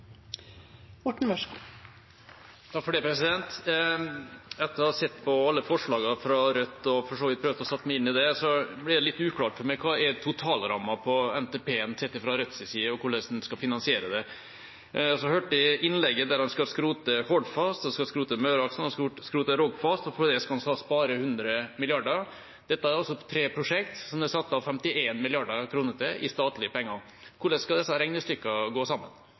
Etter å ha sett på alle forslagene fra Rødt og for så vidt prøvd å sette meg inn i det, blir det litt uklart for meg hva totalrammen for NTP-en er sett fra Rødts side, og hvordan man skal finansiere det. Så hørte jeg i innlegget at han skal skrote Hordfast, han skal skrote Møreaksen, han skal skrote Rogfast, og på det skal han spare 100 mrd. kr. Dette er altså tre prosjekt det er satt av 51 mrd. kr til i statlige penger. Hvordan skal disse regnestykkene gå sammen?